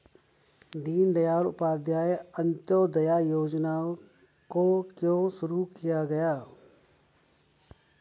दीनदयाल उपाध्याय अंत्योदय योजना को क्यों शुरू किया गया?